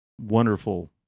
wonderful